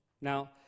Now